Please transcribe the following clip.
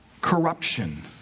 corruption